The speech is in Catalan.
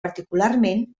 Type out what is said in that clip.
particularment